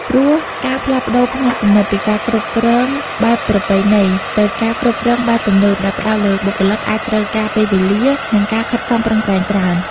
ព្រោះការផ្លាស់ប្តូរផ្នត់គំនិតពីការគ្រប់គ្រងបែបប្រពៃណីទៅការគ្រប់គ្រងបែបទំនើបដែលផ្តោតលើបុគ្គលិក អាចត្រូវការពេលវេលា និងការខិតខំប្រឹងប្រែងច្រើន។